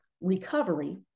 recovery